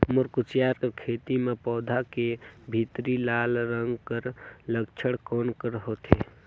मोर कुसियार कर खेती म पौधा के भीतरी लाल रंग कर लक्षण कौन कर होथे?